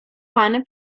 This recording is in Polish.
pan